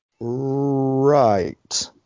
Right